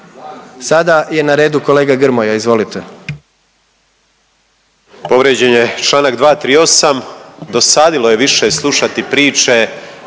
Sada je na redu kolega Grmoja, izvolite.